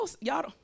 y'all